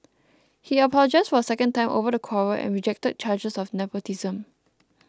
he apologised for a second time over the quarrel and rejected charges of nepotism